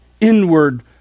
inward